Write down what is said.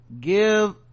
give